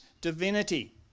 divinity